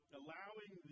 allowing